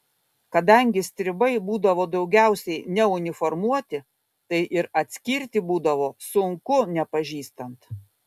kadangi stribai būdavo daugiausiai neuniformuoti tai ir atskirti būdavo sunku nepažįstant